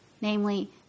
namely